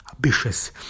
ambitious